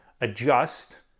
adjust